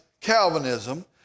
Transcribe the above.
Calvinism